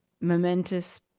momentous